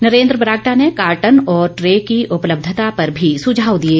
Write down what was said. नॅरेन्द्र बरागटा ने कार्टन और ट्रे की उपलब्धता पर भी सुझाव दिए